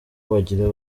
bagira